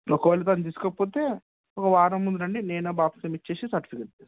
ఒకవేళ దాన్ని తీసుకోకపోతే ఒక వారం ముందు రండి నేను బాప్టిజం ఇచ్చి సర్టిఫికెట్ ఇస్తాను